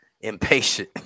impatient